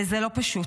וזה לא פשוט.